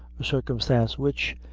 a circumstance which,